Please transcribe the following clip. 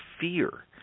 fear